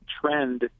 trend